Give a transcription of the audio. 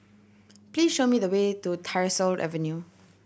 please show me the way to Tyersall Avenue